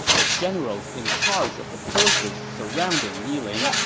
the generals in charge of the forces surrounding yiling,